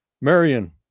Marion